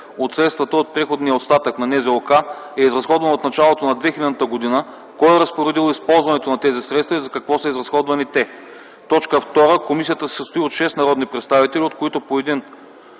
от средствата от преходния остатък на НЗОК е изразходван от началото на 2000 г., кой е разпоредил използването на тези средства и за какво са изразходвани те. 2. Комисията се състои от шест народни представители, от които по един